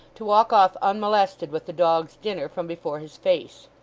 to walk off unmolested with the dog's dinner, from before his face.